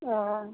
आ